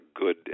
good